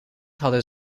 hadden